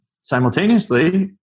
simultaneously